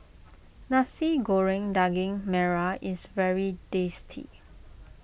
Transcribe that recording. Nasi Goreng Daging Merah is very tasty